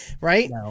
Right